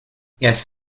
yes